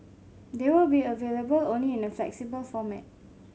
they will be available only in a flexible format